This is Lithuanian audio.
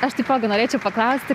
aš taipogi norėčiau paklausti